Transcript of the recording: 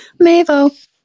Mavo